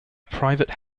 private